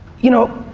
you know,